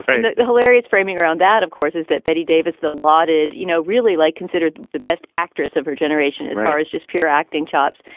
and the the hilarious framing around that, of course, is that betty davis, the lauded, you know, really like considered the best actress of her generation as far as just pure acting chops,